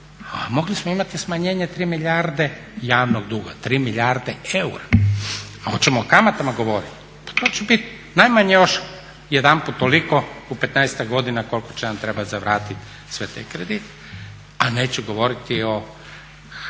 mogli smo imali smanjenje tri milijarde javnog duga, tri milijarde eura. A hoćemo o kamatama govoriti? Pa to će biti najmanje još jedanput toliko u petnaestak godina koliko će nam trebat za vratit sve te kredite. A neću govoriti o